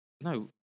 no